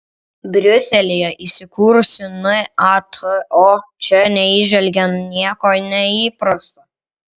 briuselyje įsikūrusi nato čia neįžvelgė nieko neįprasto